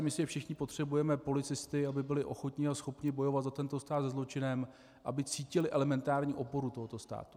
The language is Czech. Myslím, že všichni potřebujeme policisty, aby byli ochotni a schopni bojovat za tento stát se zločinem, aby cítili elementární oporu tohoto státu.